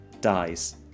dies